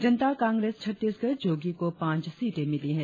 जनता कांग्रेस छत्तीसगढ़ जोगी को पांच सीटें मिली हैं